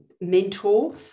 mentor